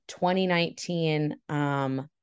2019